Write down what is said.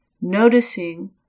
noticing